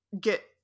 get